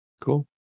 cool